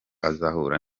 azahura